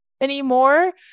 anymore